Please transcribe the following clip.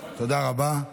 תודה רבה.